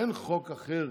אין חוק אחר